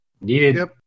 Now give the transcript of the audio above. Needed